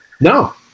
No